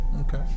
okay